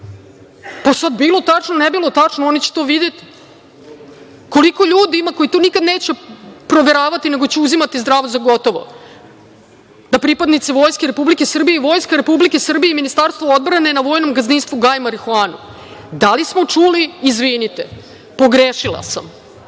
Sad, bilo tačno, ne bilo tačno, oni će to videti. Koliko ljudi ima koji to nikada neće proveravati, nego će uzimati zdravo za gotovo da pripadnici Vojske Republike Srbije i Vojska Republike Srbije i Ministarstvo odbrane na vojnom gazdinstvu gaje marihuanu? Da li smo čuli „izvinite, pogrešila sam“?